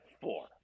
Four